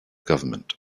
government